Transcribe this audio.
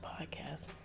podcast